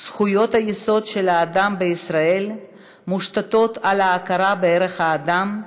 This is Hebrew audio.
"זכויות היסוד של האדם בישראל מושתתות על ההכרה בערך האדם,